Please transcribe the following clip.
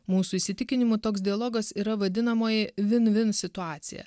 mūsų įsitikinimu toks dialogas yra vadinamoji vin vin situacija